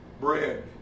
bread